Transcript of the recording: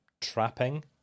trapping